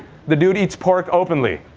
the dude eats pork openly.